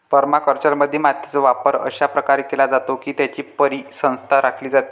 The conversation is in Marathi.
परमाकल्चरमध्ये, मातीचा वापर अशा प्रकारे केला जातो की त्याची परिसंस्था राखली जाते